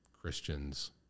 Christians